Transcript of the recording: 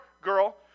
girl